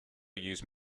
use